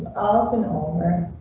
and over.